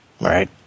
Right